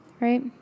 right